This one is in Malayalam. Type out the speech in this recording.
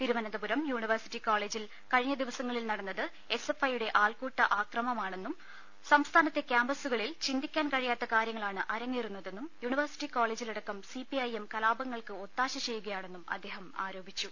തിരുവനന്തപുരം യൂണിവേഴ്സിറ്റി കോളജിൽ കഴിഞ്ഞ ദിവസങ്ങളിൽ നടന്നത് എസ്എഫ്ഐയുടെ ആൾകൂട്ട അക്രമമാണെന്നും സംസ്ഥാ നത്തെ ക്യാമ്പസുകളിൽ ചിന്തിക്കാൻ കഴിയാത്ത് കാര്യങ്ങളാണ് അരങ്ങേറുന്നതെന്നും യൂണിവേഴ്സിറ്റി കോളജിലടക്കം സിപി ഐഎം കലാപങ്ങൾക്ക് ഒത്താശ ചെയ്യുകയാണെന്നും അദ്ദേഹം ആരോപിച്ചു